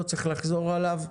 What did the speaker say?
לא צריך לחזור עליו,